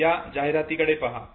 या जाहिराती कडे पहा